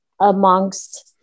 amongst